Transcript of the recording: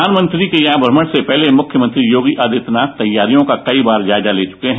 प्रधानमंत्री के यहां भ्रमण से पहले मुख्यमंत्री योगी आदित्यनाथ तैयारियों का कई बार जायजा ले चुके हैं